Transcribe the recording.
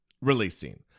releasing